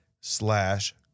slash